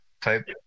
type